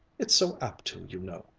it's so apt to, you know.